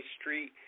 Street